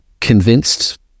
convinced